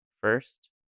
first